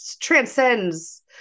transcends